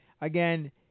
Again